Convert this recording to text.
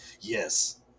Yes